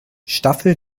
staffel